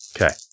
Okay